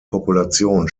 populationen